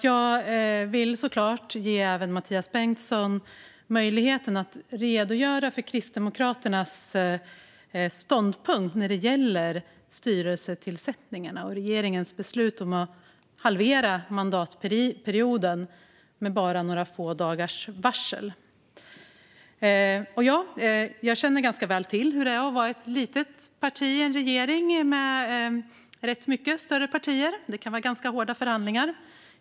Jag vill därför ge Mathias Bengtsson möjlighet att redogöra för Kristdemokraterna ståndpunkt när det gäller styrelsetillsättningarna och regeringens beslut att halvera mandatperioden med bara några få dagars varsel. Jag känner ganska väl till hur det är att vara ett litet parti i en regering med rätt mycket större partier. Det kan vara ganska hårda förhandlingar.